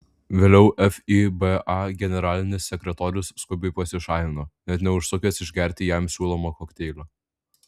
vėliau fiba generalinis sekretorius skubiai pasišalino net neužsukęs išgerti jam siūlomo kokteilio